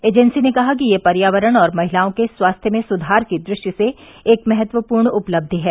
agency ने कहा कि यह पर्यावरण और महिलाओं के स्वास्थ्य में सुधार की दृष्टि से एक महत्वपूर्ण उपलब्धि है